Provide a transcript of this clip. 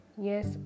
Yes